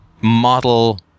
model